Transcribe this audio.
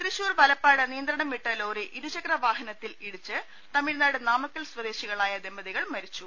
തൃശൂർ വലപ്പാട് നിയന്ത്രണം വിട്ട ലോറി ഇരുചക്ര വാഹനത്തിൽ ഇടിച്ച് തമിഴ്നാട് നാമക്കൽ സ്വദേശികളായ ദമ്പതികൾ മരിച്ചു